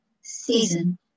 season